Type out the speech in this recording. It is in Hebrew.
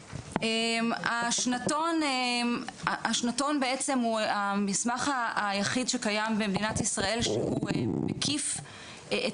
השנתון בעצם הוא המסמך היחיד שקיים במדינת ישראל שהוא מקיף את